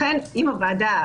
לכן אם הוועדה